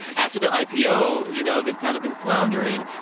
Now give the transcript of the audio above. after their ipo, you know, they've kind of been floundering.